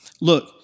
Look